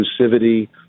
inclusivity